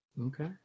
Okay